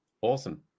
Awesome